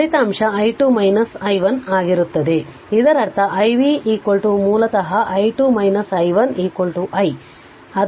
ಆದ್ದರಿಂದ ಫಲಿತಾಂಶವು i2 i1 ಆಗಿರುತ್ತದೆ ಮತ್ತು ಇದರರ್ಥ i y ಮೂಲತಃ i2 i1 i ಆದ್ದರಿಂದ ಅದು i ಆಗಿದೆ